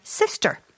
sister